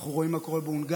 אנחנו רואים מה קורה בהונגריה,